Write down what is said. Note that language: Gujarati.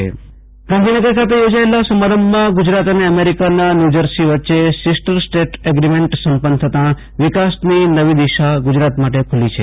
આશુ તોષ અંતાણી રાજય ન્યુજર્સી કરાર ગાંધીનગર ખાતે યોજાયેલા સમારંભમાં ગુજરાત અને અમેરિકાના ન્યુજર્સી વચ્ચે સિસ્ટર સ્ટેટ એગ્રીમેન્ટ સંપન્ન થતાં વિકાસની નવી દિશા ગુજરાત માટે ખુલ્લી છે